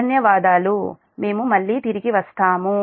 ధన్యవాదాలు మేము తిరిగి వస్తాము